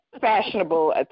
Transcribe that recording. fashionable